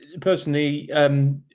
personally